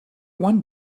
one